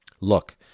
Look